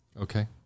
okay